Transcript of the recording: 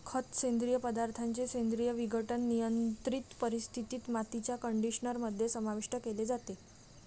खत, सेंद्रिय पदार्थांचे सेंद्रिय विघटन, नियंत्रित परिस्थितीत, मातीच्या कंडिशनर मध्ये समाविष्ट केले जाते